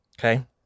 Okay